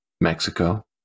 mexico